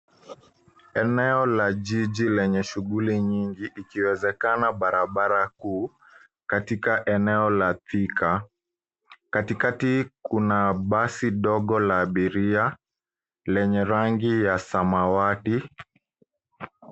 Eneo la jiji lenye shughuli nyingi ikiwezekana barabara kuu katika eneo la Thika. Katikati kuna basi dogo la abiria lenye rangi ya samawati.